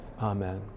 amen